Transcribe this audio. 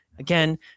Again